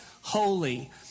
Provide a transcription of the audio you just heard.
holy